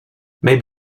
may